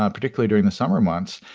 um particularly during the summer months,